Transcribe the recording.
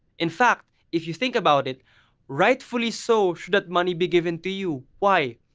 in fact, if you think about it rightfully so, that money be given to you. why?